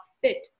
fit